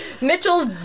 Mitchell's